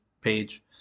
page